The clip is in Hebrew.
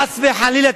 חס וחלילה,